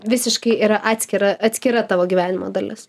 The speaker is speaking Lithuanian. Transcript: visiškai yra atskira atskira tavo gyvenimo dalis